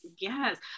yes